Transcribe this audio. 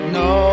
no